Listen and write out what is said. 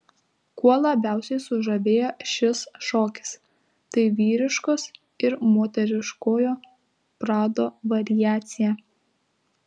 kuo labiausiai sužavėjo šis šokis tai vyriškos ir moteriškojo prado variacija